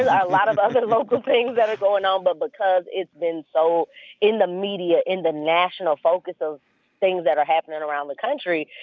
lot of other local things that are going on, but because it's been so in the media, in the national focus of things that are happening around the country,